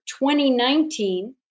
2019